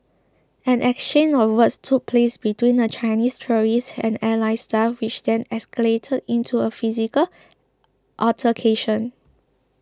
an exchange of words took place between the Chinese tourists and airline staff which then escalated into a physical altercation